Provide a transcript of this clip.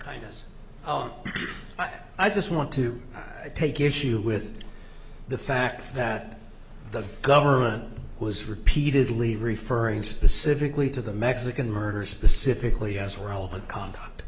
kindness oh i just want to take issue with the fact that the government was repeatedly referring specifically to the mexican murders specifically as relevant